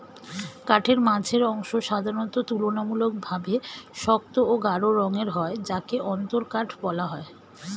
কাঠের মাঝের অংশ সাধারণত তুলনামূলকভাবে শক্ত ও গাঢ় রঙের হয় যাকে অন্তরকাঠ বলা হয়